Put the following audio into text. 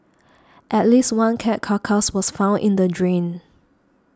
at least one cat carcass was found in the drain